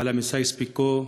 ההתחלה בסייקס-פיקו,